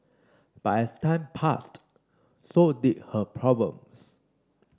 but as time passed so did her problems